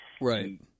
Right